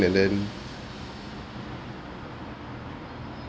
and then